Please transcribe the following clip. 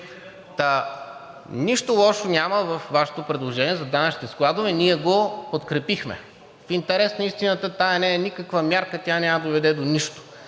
Нищо лошо няма във Вашето предложение за данъчните складове, ние го подкрепихме. В интерес на истината това не е никаква мярка, тя няма да доведе до нищо